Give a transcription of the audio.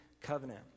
covenant